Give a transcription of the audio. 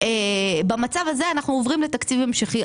במצב הזה אנחנו עוברים לתקציב המשכי.